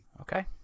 Okay